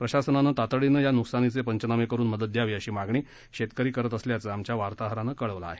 प्रशासनानं तातडीनं या या न्कसानीचे पंचनामे करून मदत द्यावी अशी मागणी शेतकरी करत असल्याचं आमच्या वार्ताहरानं कळवलं आहे